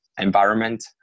environment